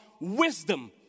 wisdom